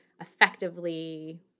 effectively